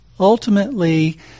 ultimately